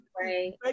Right